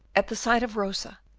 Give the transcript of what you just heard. at the sight of rosa,